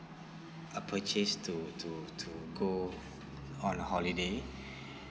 a purchase to to to go on a holiday